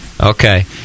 Okay